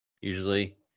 usually